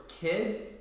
kids